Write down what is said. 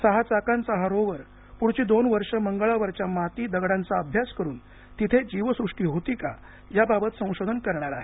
सहा चाकांचा हा रोवर पुढची दोन वर्ष मंगळावरच्या माती दगडांचा अभ्यास करून तिथे जीवसृष्टी होती का याबाबत संशोधन करणार आहे